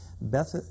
Beth